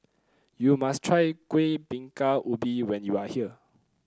you must try Kuih Bingka Ubi when you are here